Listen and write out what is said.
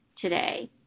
today